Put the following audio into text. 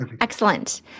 Excellent